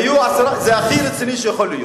זה הכי רציני שיכול להיות.